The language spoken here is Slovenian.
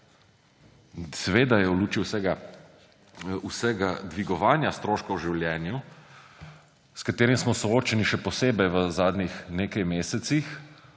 Seveda je v luči vsega dvigovanja stroškov v življenju, s katerim smo soočeni še posebej v zadnjih nekaj mesecih,